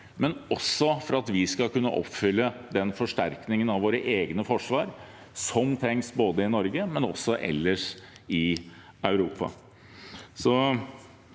men også for at vi skal kunne oppfylle forsterkingen av våre egne forsvar. Det trengs både i Norge og ellers i Europa.